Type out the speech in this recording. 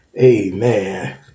Amen